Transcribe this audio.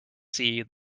see